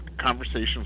conversations